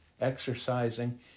exercising